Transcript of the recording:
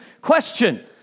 question